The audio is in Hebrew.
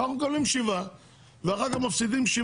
אנחנו מקבלים 7 מיליון ואחר כך מפסידים 6